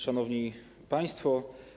Szanowni Państwo!